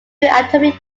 atomic